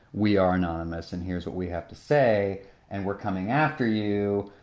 we are anonymous and here's what we have to say and we're coming after you,